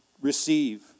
receive